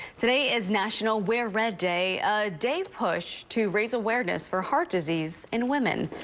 today is national wear red day a day push to raise awareness for heart disease in women.